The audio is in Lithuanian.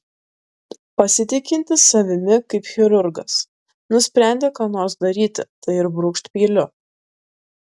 pasitikintis savimi kaip chirurgas nusprendė ką nors daryti tai ir brūkšt peiliu